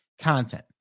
content